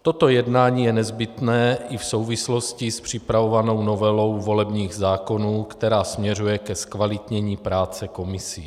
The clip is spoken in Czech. Toto jednání je nezbytné i v souvislosti s připravovanou novelou volebních zákonů, která směřuje ke zkvalitnění práce komisí.